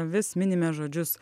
vis minime žodžius